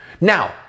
Now